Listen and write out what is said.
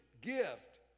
gift